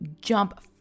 jump